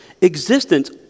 existence